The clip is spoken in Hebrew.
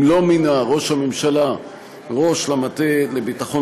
אם לא מינה ראש הממשלה ראש למטה לביטחון